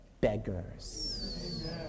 beggars